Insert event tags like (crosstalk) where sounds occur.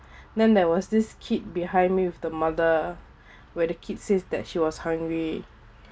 then there was this kid behind me with the mother (breath) where the kid says that she was hungry